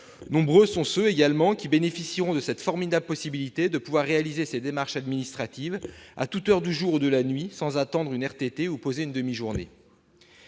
Nombreux sont ceux qui bénéficieront de cette formidable possibilité de réaliser leurs démarches administratives à toute heure du jour ou de la nuit, sans attendre une RTT ou poser une demi-journée